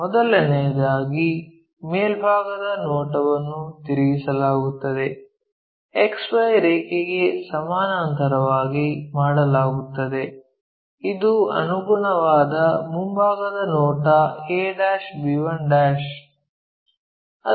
ಮೊದಲನೆಯದಾಗಿ ಮೇಲ್ಭಾಗದ ನೋಟವನ್ನು ತಿರುಗಿಸಲಾಗುತ್ತದೆ XY ರೇಖೆಗೆ ಸಮಾನಾಂತರವಾಗಿ ಮಾಡಲಾಗುತ್ತದೆ ಇದು ಅನುಗುಣವಾದ ಮುಂಭಾಗದ ನೋಟ a' b1'